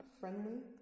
friendly